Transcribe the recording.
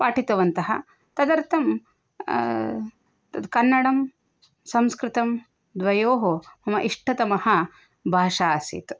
पाठितवन्तः तदर्थं तत् कन्नडं संस्कृतं द्वयोः मम इष्टतमः भाषा आसीत्